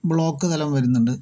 block തലം വരുന്നുണ്ട്